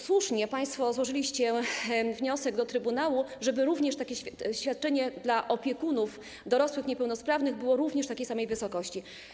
Słusznie państwo złożyliście wniosek do trybunału, żeby takie świadczenie dla opiekunów dorosłych niepełnosprawnych było również w takiej samej wysokości.